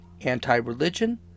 anti-religion